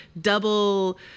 double